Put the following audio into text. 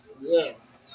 Yes